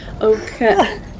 Okay